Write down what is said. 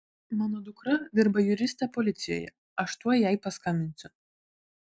mano dukra dirba juriste policijoje aš tuoj jai paskambinsiu